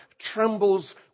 trembles